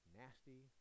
nasty